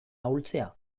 ahultzea